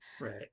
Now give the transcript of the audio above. Right